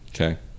Okay